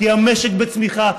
כי המשק בצמיחה,